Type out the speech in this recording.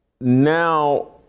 now